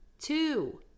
two